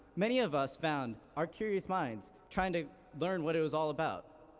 many of us found our curious minds trying to learn what it is all about.